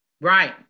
Right